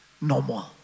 normal